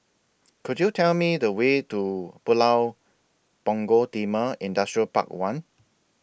Could YOU Tell Me The Way to Pulau Punggol Timor Industrial Park one